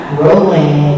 rolling